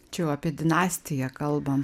čia jau apie dinastiją kalbam